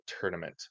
tournament